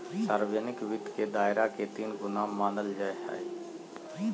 सार्वजनिक वित्त के दायरा के तीन गुना मानल जाय हइ